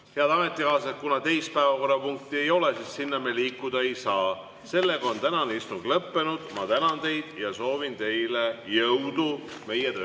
Head ametikaaslased, kuna teist päevakorrapunkti ei ole, siis sinna me liikuda ei saa. Seega on tänane istung lõppenud. Ma tänan teid ja soovin teile jõudu meie töös.